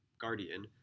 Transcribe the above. guardian